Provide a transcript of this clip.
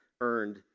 earned